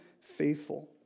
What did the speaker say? faithful